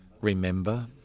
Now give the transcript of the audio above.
remember